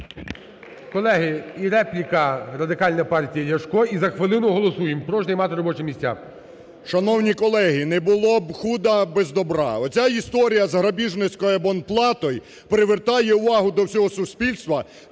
Колеги! І репліка, Радикальна партія, Ляшко. І за хвилину голосуємо. Прошу займати робочі місця. 12:05:17 ЛЯШКО О.В. Шановні колеги, не було б худа без добра. Оця історія з грабіжницькою абонплатою привертає увагу до всього суспільства,